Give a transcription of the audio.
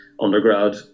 undergrad